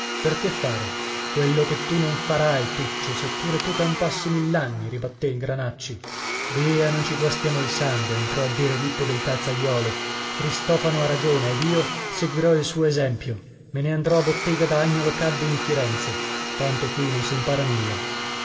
che fare quello che tu non farai tuccio se pure tu campassi mill'anni ribattè il granacci via non ci guastiamo il sangue entrò a dire lippo del calzaiolo cristofano ha ragione ed io seguirò il suo esempio me ne andrò a bottega da agnolo caddi in firenze tanto qui non s'impara nulla